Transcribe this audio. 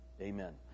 amen